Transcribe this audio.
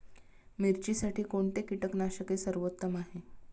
मिरचीसाठी कोणते कीटकनाशके सर्वोत्तम आहे?